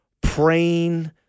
praying